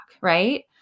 right